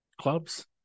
clubs